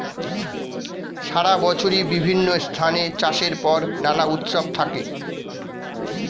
সারা বছরই বিভিন্ন স্থানে চাষের পর নানা উৎসব থাকে